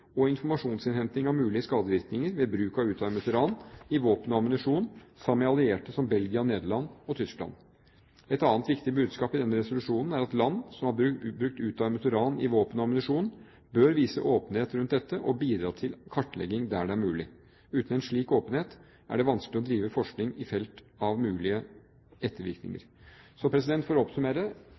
og informasjonsinnhenting av mulige skadevirkninger ved bruk av utarmet uran i våpen og ammunisjon sammen med allierte som Belgia, Nederland og Tyskland. Et annet viktig budskap i denne resolusjonen er at land som har brukt utarmet uran i våpen og ammunisjon, bør vise åpenhet rundt dette og bidra til kartlegging der det er mulig. Uten en slik åpenhet er det vanskelig å drive forskning i felt av mulige ettervirkninger. Så for å oppsummere: